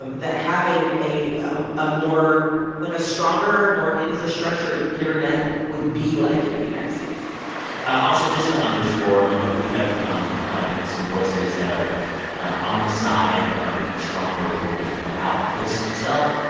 um that having a ah a more like, a stronger, more infrastructured internet would be like in the united states also, just to underscore, you know, we have um highlighted some voices that are on the side of stronger rules about this stuff.